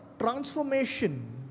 transformation